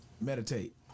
Meditate